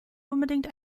unbedingt